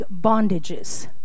bondages